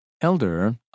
Elder